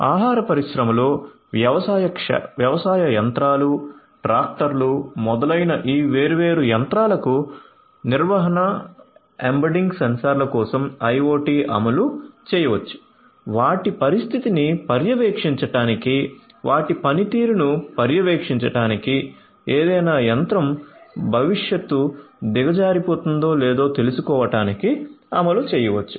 ఆహార పరిశ్రమలో వ్యవసాయ యంత్రాలు ట్రాక్టర్లు మొదలైన ఈ వేర్వేరు యంత్రాలకు నిర్వహణ ఎంబెడ్డింగ్ సెన్సార్ల కోసం IoT అమలు చేయవచ్చు వాటి పరిస్థితిని పర్యవేక్షించడానికి వాటి పనితీరును పర్యవేక్షించడానికి ఏదైనా యంత్రం భవిష్యత్తు దిగజారిపోతుందో లేదో తెలుసుకోవడానికి అమలు చేయవచ్చు